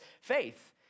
faith